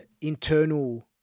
internal